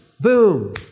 Boom